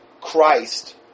Christ